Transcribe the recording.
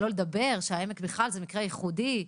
שלא לדבר שבית חולים העמק זה מקרה ייחודי,